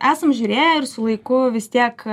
esam žiūrėję ir su laiku vis tiek